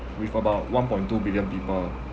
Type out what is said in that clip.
with about one point two billion people